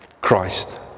Christ